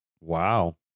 Wow